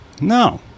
No